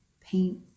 paint